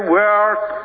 work